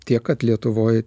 tiek kad lietuvoj